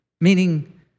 Meaning